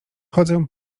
chodzę